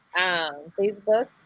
Facebook